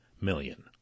million